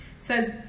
says